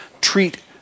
treat